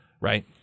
right